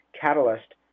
catalyst